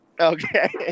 Okay